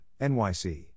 NYC